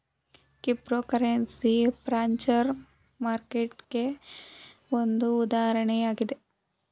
cryptocurrency future ಮಾರ್ಕೆಟ್ಗೆ ಒಂದು ಉದಾಹರಣೆಯಾಗಿದೆ